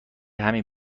همین